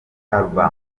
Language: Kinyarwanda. album